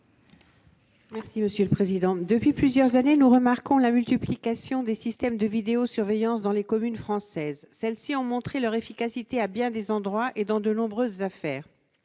Mme Jacky Deromedi. Depuis plusieurs années, nous assistons à la multiplication des systèmes de vidéosurveillance dans les communes françaises. Ceux-ci ont montré leur efficacité en bien des endroits et dans de nombreuses affaires.